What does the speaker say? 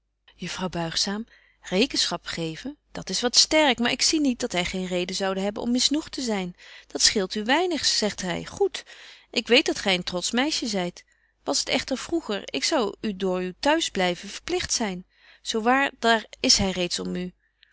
juffrouw buigzaam rekenschap geven dat is wat sterk maar ik zie niet dat hy geen reden zoude hebben om misnoegt te zyn dat scheelt u weinig zegt gy goed ik weet dat gy een trotsch meisje zyt was het echter vroeger ik zou u door uw t'huis blyven verpligt zyn zo waar daar is hy reeds om u